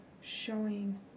showing